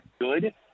good